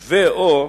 ו/או: